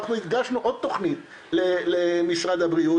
אנחנו הגשנו עוד תוכנית למשרד הבריאות